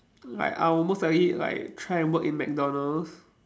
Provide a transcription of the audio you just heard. like I'll most likely like try to work in McDonald's